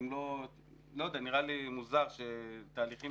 נראה לי מוזר שיש תהליכים